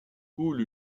coule